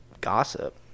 gossip